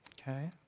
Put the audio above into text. Okay